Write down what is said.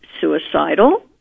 suicidal